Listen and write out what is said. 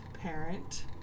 parent